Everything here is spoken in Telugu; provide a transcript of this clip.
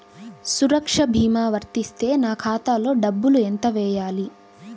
సురక్ష భీమా వర్తిస్తే నా ఖాతాలో డబ్బులు ఎంత వేయాలి?